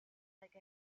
like